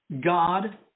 God